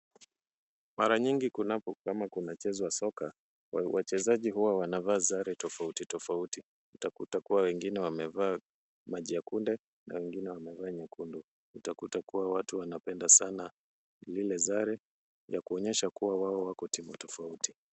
Mara nyingi kunapokuwa kama kunachezwa soka, wachezaji huwa wanavaa sare tofauti tofauti. Utakuta kuwa wengine wamevaa maji ya kunde na wengine wamevaa jekundu. Utakuta kuwa watu wanapenda sana zile sare za kuonyesha kuwa wao wako timu tofauti.